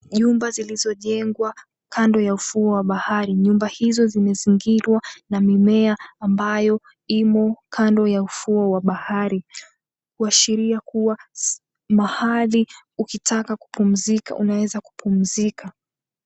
Nyumba zilizojengwa kando ya ufuo wa bahari. Nyumba hizo zimezingirwa na mimea ambayo imo kando ya ufuo wa bahari. Kuashiria kuwa mahali ukitaka kupumzika unaeza kupumzika.